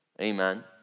amen